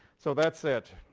so that's it.